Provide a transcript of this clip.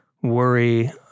worry